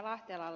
lahtelalle